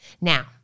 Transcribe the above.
Now